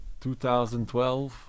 2012